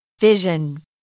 Vision